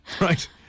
right